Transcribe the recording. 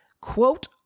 Quote